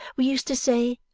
we used to say,